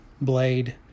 blade